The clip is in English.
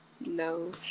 No